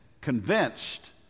convinced